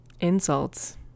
insults